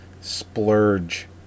Splurge